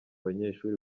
banyeshuri